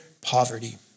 poverty